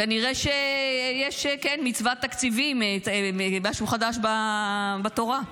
כנראה שיש כן מצוות תקציבים, משהו חדש בתורה.